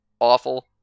awful